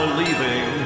leaving